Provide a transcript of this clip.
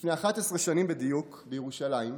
לפני 11 שנים בדיוק, בירושלים,